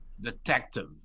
detective